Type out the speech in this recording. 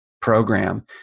program